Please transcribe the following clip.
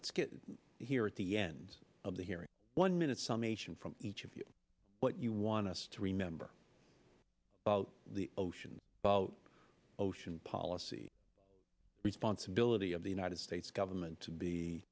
get here at the end of the hearing one minute some nation from each of you what you want us to remember about the ocean ocean policy responsibility of the united states government to be